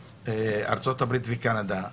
ארצות הברית וקנדה סגורות,